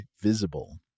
Visible